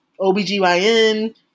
OBGYN